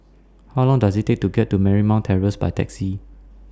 How Long Does IT Take to get to Marymount Terrace By Taxi